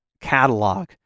catalog